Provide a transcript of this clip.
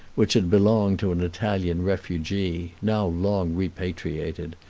which had belonged to an italian refugee, now long repatriated,